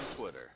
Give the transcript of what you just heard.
Twitter